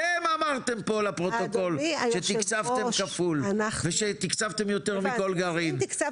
אתם אמרתם פה לפרוטוקול שתקצבתם כפול ושתקצבתם יותר מכל גרעין,